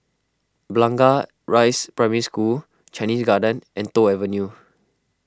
Blangah Rise Primary School Chinese Garden and Toh Avenue